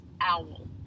owl